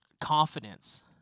confidence